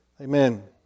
Amen